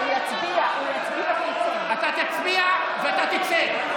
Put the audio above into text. אתה תצביע ואתה תצא.